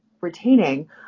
retaining